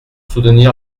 soutenir